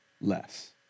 less